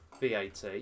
VAT